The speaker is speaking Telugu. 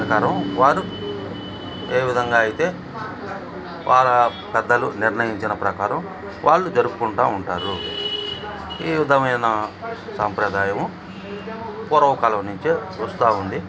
ప్రకారం వారు ఏ విధంగా అయితే వాళ్ళ పెద్దలు నిర్ణయించిన ప్రకారం వాళ్ళు జరుపుకుంటూ ఉంటారు ఈ విధమైన సాంప్రదాయము పూర్వ కాలం నుంచే వస్తూ ఉంది